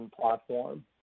platform